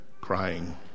crying